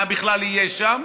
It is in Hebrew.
מה בכלל יהיה שם,